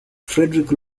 frederick